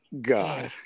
god